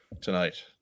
tonight